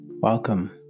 Welcome